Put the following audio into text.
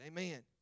Amen